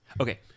Okay